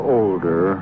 older